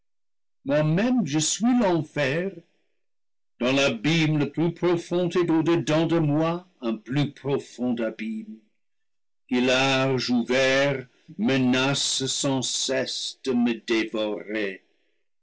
moi-même je suis l'enfer dans l'abîme le plus pro fond est au dedans de moi un plus profond abîme qui large ou vert menace sans cesse de me dévorer